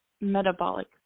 metabolic